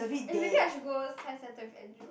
eh maybe I should go science centre with andrew